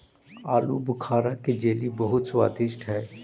आलूबुखारा के जेली बहुत स्वादिष्ट हई